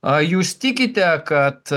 a jūs tikite kad